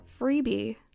freebie